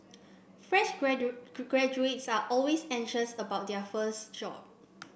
fresh graduates are always anxious about their first job